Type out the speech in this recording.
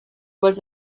was